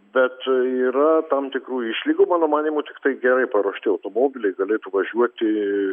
bet yra tam tikrų išlygų mano manymu tiktai gerai paruošti automobiliai galėtų važiuoti